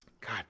god